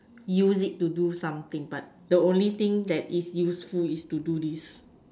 use it to do something but the only thing that is useful is to do this